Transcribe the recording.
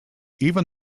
even